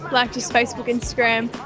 like just facebook, instagram,